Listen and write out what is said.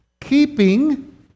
keeping